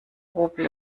hobel